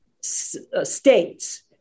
states